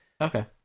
Okay